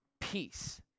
peace